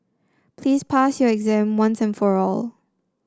please pass your exam once and for all